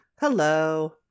Hello